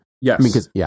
Yes